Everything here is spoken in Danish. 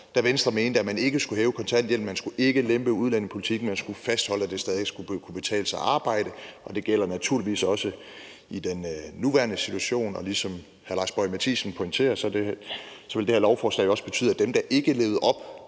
da Venstre mente, at man ikke skulle hæve kontanthjælpen, at man ikke skulle lempe udlændingepolitikken, men fastholde, at det stadig skulle kunne betale sig at arbejde. Det gælder naturligvis også i den nuværende situation. Ligesom hr. Lars Boje Mathiesen pointerer, vil det her lovforslag også betyde, at dem, der ikke levede op